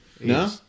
No